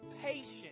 patience